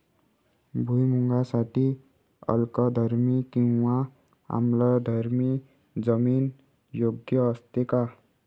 भुईमूगासाठी अल्कधर्मी किंवा आम्लधर्मी जमीन योग्य असते का?